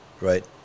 right